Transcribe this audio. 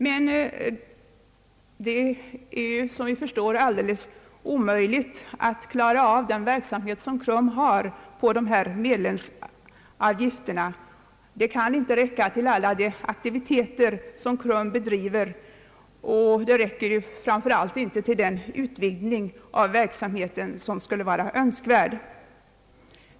Men som vi förstår är det alldeles omöjligt att med dessa medlemsavgifter finansiera KRUM:s verksamhet. Pengarna kan inte räcka till alla de aktiviteter som KRUM bedriver och räcker framför allt inte till den utvidgning av verksamheten som är önskvärd.